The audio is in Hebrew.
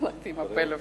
באתי עם הפלאפון.